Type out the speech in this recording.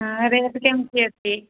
ହଁ ରେଟ୍ କେମିତି ଅଛି